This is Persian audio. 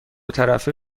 طرفه